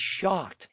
shocked